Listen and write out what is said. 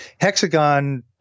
Hexagon